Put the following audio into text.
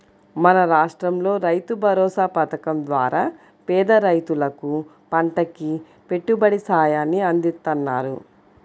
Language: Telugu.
మన రాష్టంలో రైతుభరోసా పథకం ద్వారా పేద రైతులకు పంటకి పెట్టుబడి సాయాన్ని అందిత్తన్నారు